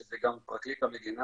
שזה גם פרקליט המדינה,